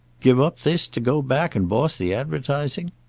give up this to go back and boss the advertising!